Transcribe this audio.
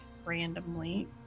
randomly